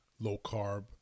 low-carb